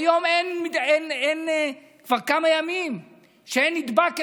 היום אין, כבר כמה ימים אין נדבק אחד.